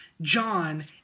John